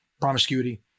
promiscuity